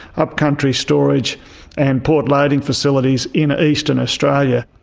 upcountry storage and port loading facilities in eastern australia.